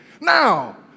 Now